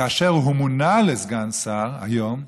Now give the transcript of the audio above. כאשר הוא מונה לסגן שר היום,